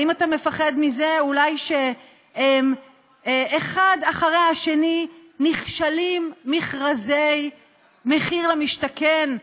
האם אתה מפחד אולי מזה שאחד אחרי השני נכשלים מכרזי מחיר למשתכן,